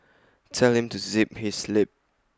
tell him to zip his lip